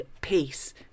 peace